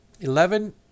Eleven